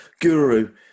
guru